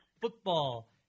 football